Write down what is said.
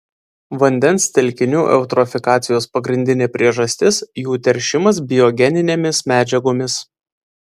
vandens telkinių eutrofikacijos pagrindinė priežastis jų teršimas biogeninėmis medžiagomis